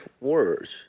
words